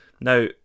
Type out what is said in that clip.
now